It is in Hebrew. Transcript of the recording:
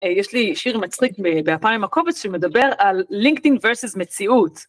יש לי שיר מצחיק והפעם הקובץ שמדבר על לינקדין versus מציאות.